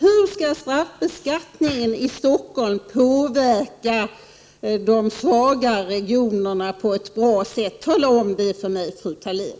Hur skall straffbeskattningen i Stockholm kunna påverka de svaga regionerna på ett bra sätt? Tala om det för mig, fru Thalén.